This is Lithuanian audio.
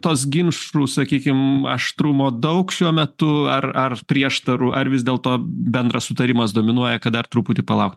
tuos ginšus sakykim aštrumo daug šiuo metu ar ar prieštarų ar vis dėlto bendras sutarimas dominuoja kad dar truputį palauk